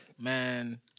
man